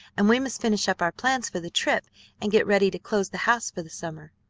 and we must finish up our plans for the trip and get ready to close the house for the summer.